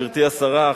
גברתי השרה,